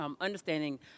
understanding